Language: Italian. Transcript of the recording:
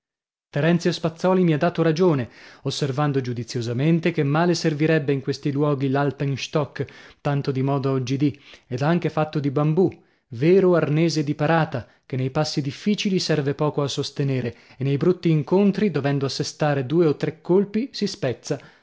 terenzio spazzòli mi ha dato ragione osservando giudiziosamente che male servirebbe in questi luoghi l'alpenstock tanto di moda oggidì ed anche fatto di bambù vero arnese di parata che nei passi difficili serve poco a sostenere e nei brutti incontri dovendo assestare due o tre colpi si spezza